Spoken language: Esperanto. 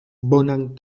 bonan